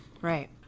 Right